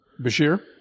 Bashir